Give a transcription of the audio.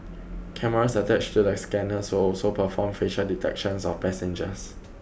cameras attached to the scanners would also perform facial detections of passengers